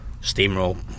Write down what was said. steamroll